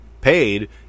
paid